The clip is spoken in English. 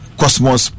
cosmos